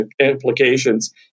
implications